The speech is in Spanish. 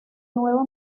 nueva